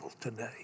today